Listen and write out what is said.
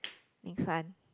next one